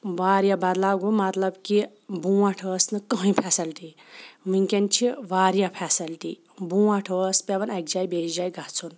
واریاہ بدلاو گوٚو مطلب کہِ بروںٛٹھ ٲس نہٕ کٕہٕنۍ فیسلٹی وٕنۍکٮ۪ن چھِ واریاہ فیسلٹی بروںٛٹھ ٲس پٮ۪وان اَکہِ جایہِ بیٚیہِ جایہِ گژھُن